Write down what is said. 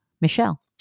Michelle